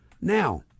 now